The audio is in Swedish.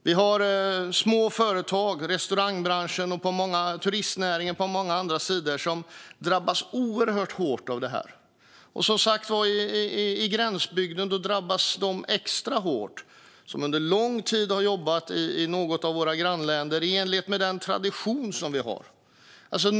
Vi har små företag i restaurangbranschen, i turistnäringen och i många andra delar som drabbas oerhört hårt av detta, och i gränsbygden drabbas som sagt de som under lång tid har jobbat i något av våra grannländer, i enlighet med den tradition vi har, extra hårt.